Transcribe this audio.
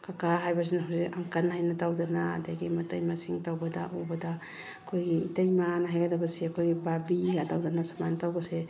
ꯀꯥꯀꯥ ꯍꯥꯏꯕꯁꯤꯅ ꯍꯧꯖꯤꯛꯇꯤ ꯑꯪꯀꯜ ꯍꯥꯏꯅ ꯇꯧꯗꯅ ꯑꯗꯒꯤ ꯃꯇꯩꯃꯁꯤꯡ ꯇꯧꯕꯗ ꯎꯕꯗ ꯑꯩꯈꯣꯏꯒ ꯏꯇꯩꯃꯅ ꯍꯥꯏꯒꯗꯕꯁꯦ ꯑꯩꯈꯣꯏꯒꯤ ꯚꯥꯕꯤꯒ ꯇꯧꯗꯅ ꯁꯨꯃꯥꯏꯅ ꯇꯧꯕꯁꯦ